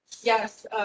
Yes